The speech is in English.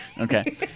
Okay